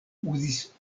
uzis